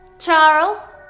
charles.